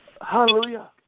Hallelujah